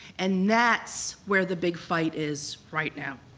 and that's where the big fight is right now.